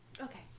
Okay